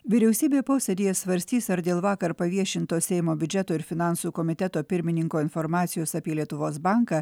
vyriausybė posėdyje svarstys ar dėl vakar paviešintos seimo biudžeto ir finansų komiteto pirmininko informacijos apie lietuvos banką